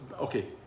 Okay